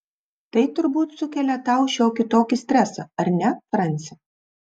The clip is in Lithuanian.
tai turbūt sukelia tau šiokį tokį stresą ar ne franci